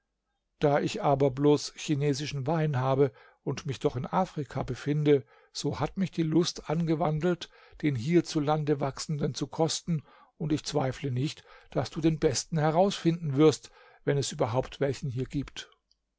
da ich aber bloß chinesischen wein habe und mich doch in afrika befinde so hat mich die lust angewandelt den hierzulande wachsenden zu kosten und ich zweifle nicht daß du den besten herausfinden wirst wenn es überhaupt welchen hier gibt